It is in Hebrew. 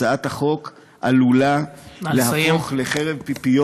הצעת החוק עלולה להפוך לחרב פיפיות,